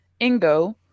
Ingo